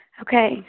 Okay